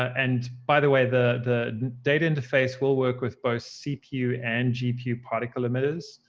and by the way, the data interface will work with both cpu and gpu particle emitters.